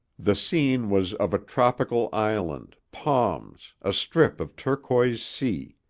the scene was of a tropical island, palms, a strip of turquoise sea.